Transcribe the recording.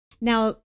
Now